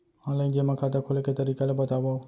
Online जेमा खाता खोले के तरीका ल बतावव?